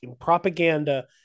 propaganda